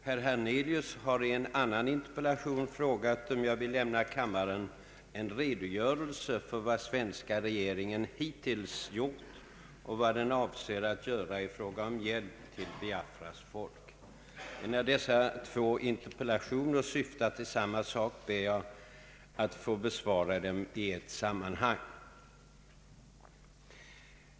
Herr Hernelius har i en annan interpellation frågat om jag vill lämna kammaren en redogörelse för vad svenska regeringen hittills gjort och vad den avser att göra i fråga om hjälp till Biafras folk. Enär dessa två interpellationer syftar till samma sak ber jag här att få besvara dem i ett sammanhang.